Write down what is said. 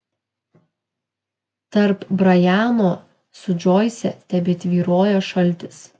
tarp brajano su džoise tebetvyrojo šaltis